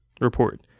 Report